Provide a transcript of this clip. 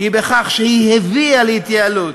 היא בכך שהיא הביאה להתייעלות,